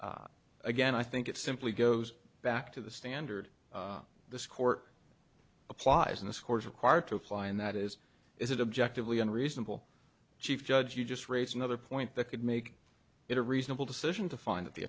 again i think it simply goes back to the standard this court applies in this court required to apply and that is is it objectively unreasonable chief judge you just raise another point that could make it a reasonable decision to find that the